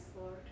Lord